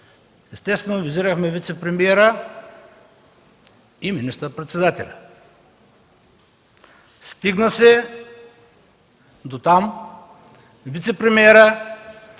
Естествено, визирахме вицепремиера и министър-председателя. Стигна се дотам бившият вицепремиер